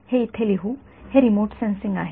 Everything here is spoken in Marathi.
हे इथे लिहू हे रिमोट सेन्सिंग आहे